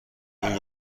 این